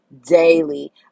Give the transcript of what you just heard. daily